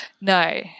no